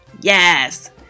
Yes